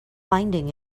finding